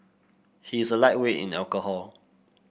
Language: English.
he is a lightweight in alcohol